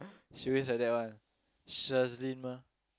she always like that [one] Shazleen mah